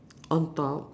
on top